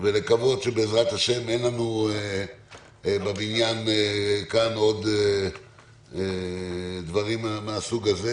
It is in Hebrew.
ולקוות שבעזרת השם אין לנו בבניין כאן עוד דברים מהסוג הזה.